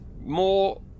more